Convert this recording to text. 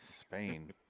Spain